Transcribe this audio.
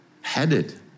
headed